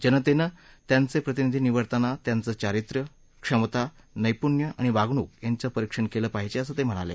जनतेनं त्यांचे प्रतिनिधी निवडताना त्यांचं चारित्र्य क्षमता नैपुण्य आणि वागणूक यांचं परीक्षण केलं पाहिजे असं ते म्हणाले